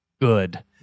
good